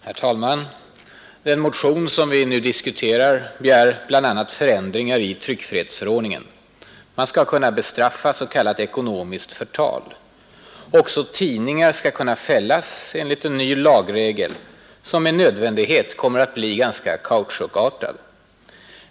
Herr talman! Den motion som vi nu diskuterar begär bl.a. förändringar i tryckfrihetsförordningen. Man skall kunna bestraffa s.k. ekonomiskt förtal. Också tidningar skall kunna fällas enligt en lagregel, som med nödvändighet kommer att bli ganska kautschukartad.